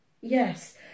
yes